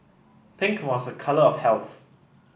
pink was a colour of health